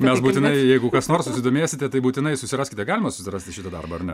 nes būtinai jeigu kas nors susidomėsite tai būtinai susiraskite galima susirasti šitą darbą ar ne